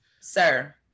Sir